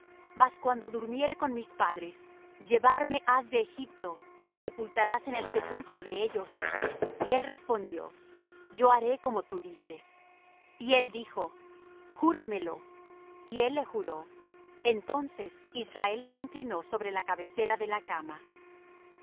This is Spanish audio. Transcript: mas cuando durmiere con mis padres llevarme has de egipto y me sepultarás en el sepulcro de ellos y él respondió yo haré como tú dices y él dijo júramelo y él le juró entonces israel se inclinó sobre la cabecera de la cama